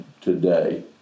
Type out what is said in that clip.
today